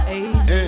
age